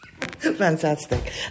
Fantastic